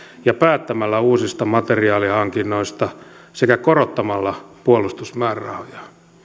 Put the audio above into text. ja päättämällä uusista materiaalihankinnoista sekä korottamalla puolustusmäärärahojaan